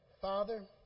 Father